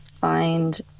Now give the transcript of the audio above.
Find